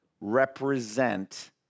represent